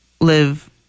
live